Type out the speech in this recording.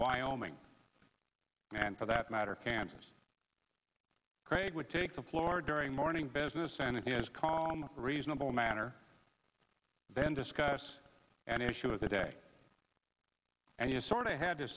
wyoming and for that matter kansas would take the floor during morning business and if he is calm reasonable manner then discuss an issue of the day and you sort of had to